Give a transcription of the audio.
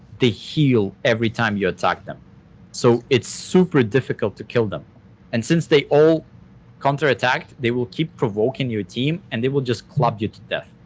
they heal every time you attack them so it's super difficult to kill them and since they all counter attacked. hey, will keep provoking your team, and they will just club you to death.